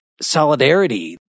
solidarity